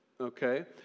okay